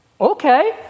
Okay